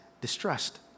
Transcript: distrust